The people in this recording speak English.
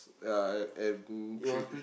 ya and and trip